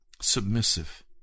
submissive